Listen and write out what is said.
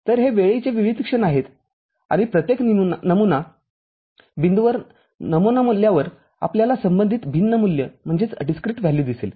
तर हे वेळेचे विविध क्षण आहेत आणि प्रत्येक नमुना बिंदूवर नमुना मूल्यावर आपल्याला संबंधित भिन्न मूल्य दिसेल